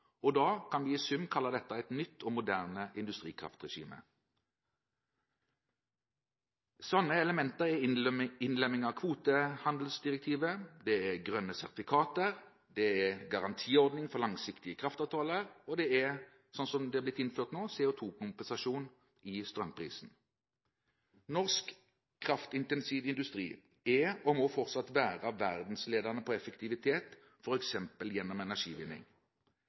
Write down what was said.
Og da kan vi i sum kalle dette et nytt og moderne industrikraftregime. Slike elementer er innlemming av kvotehandelsdirektivet, grønne sertifikater, garantiordning for langsiktige kraftavtaler, og, som nå er blitt innført, CO2-kompensasjon i strømprisen. Norsk kraftintensiv industri er, og må fortsatt være, verdensledende på effektivitet f.eks. gjennom